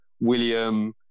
William